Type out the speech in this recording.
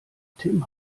tim